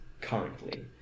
currently